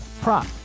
prop